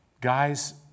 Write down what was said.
Guys